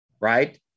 right